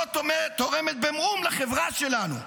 לא תורמת במאום לחברה שלנו.